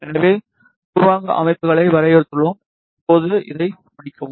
எனவே பூர்வாங்க அமைப்புகளை வரையறுத்துள்ளோம் இப்போது இதை முடிக்கவும்